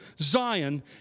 Zion